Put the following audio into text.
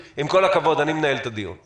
ד"ר לקסר, עם כל הכבוד, אני מנהל את הדיון.